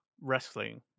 wrestling